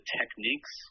techniques